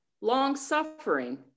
long-suffering